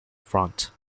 front